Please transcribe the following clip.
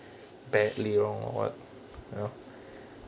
badly wrong or [what] you know